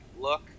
look